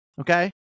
Okay